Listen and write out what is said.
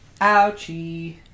Ouchie